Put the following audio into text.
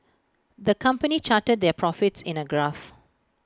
the company charted their profits in A graph